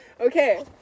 Okay